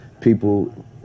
people